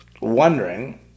wondering